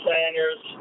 Sanders